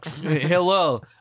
Hello